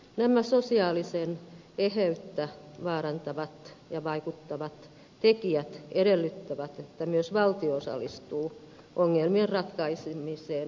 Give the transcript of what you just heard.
nämä sosiaalista eheyttä vaarantavat ja siihen vaikuttavat tekijät edellyttävät että myös valtio osallistuu ongelmien ratkaisemiseen nykyistä vahvemmin